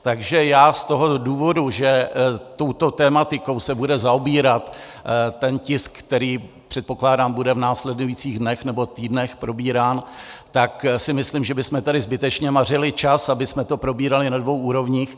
Takže já z toho důvodu, že touto tematikou se bude zaobírat ten tisk, který, předpokládám, bude v následujících dnech nebo týdnech probírán, tak si myslím, že bychom tady zbytečně mařili čas, abychom to probírali na dvou úrovních.